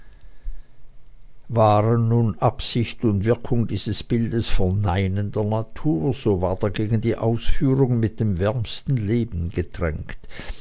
waren nun absicht und wirkung dieses bildes verneinender natur so war dagegen die ausführung mit dem wärmsten leben getränkt